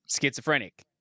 schizophrenic